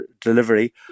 delivery